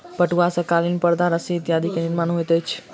पटुआ सॅ कालीन परदा रस्सी इत्यादि के निर्माण होइत अछि